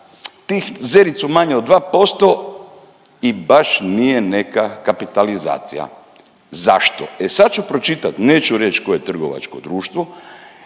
tih zericu manje od 2% i baš nije neka kapitalizacija. Zašto? E sad ću pročitat, neću reć koje trgovačko društvo